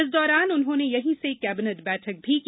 इस दौरान उन्होंने यहीं से कैबिनेट बैठक भी की